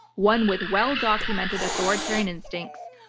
one with well-documented authoritarian instincts,